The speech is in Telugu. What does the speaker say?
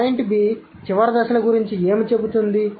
పాయింట్ B చివరి దశల గురించి ఏమి చెబుతుంది